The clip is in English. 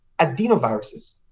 adenoviruses